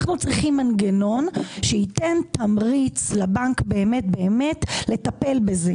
אנחנו צריכים מנגנון שייתן תמריץ לבנק באמת באמת לטפל בזה.